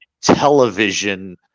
television